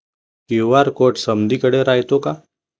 QR code समदीकडे रायतो का?